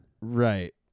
Right